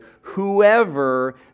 whoever